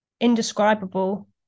indescribable